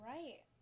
Right